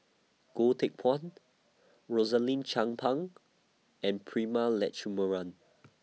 Goh Teck Phuan Rosaline Chan Pang and Prema Letchumanan